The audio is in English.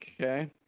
Okay